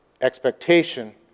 expectation